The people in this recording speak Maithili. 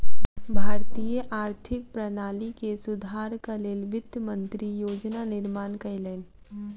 भारतीय आर्थिक प्रणाली के सुधारक लेल वित्त मंत्री योजना निर्माण कयलैन